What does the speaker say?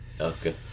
okay